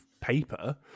paper